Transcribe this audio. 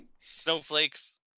snowflakes